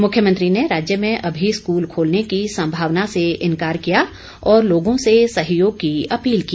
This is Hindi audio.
मुख्यमंत्री ने राज्य में अभी स्कूल खोलने की संभावना से इनकार किया और लोगों से सहयोग की अपील की